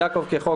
יעקב כיו"ר חוק,